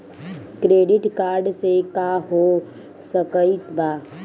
Credit card से का हो सकइत बा?